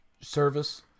service